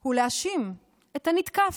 היא להאשים את הנתקף,